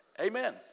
Amen